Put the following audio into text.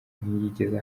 ntiyigeze